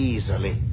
Easily